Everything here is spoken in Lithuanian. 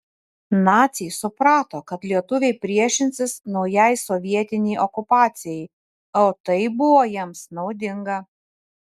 naciai suprato kad lietuviai priešinsis naujai sovietinei okupacijai o tai buvo jiems naudinga